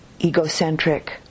egocentric